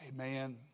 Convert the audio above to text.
Amen